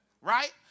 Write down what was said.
right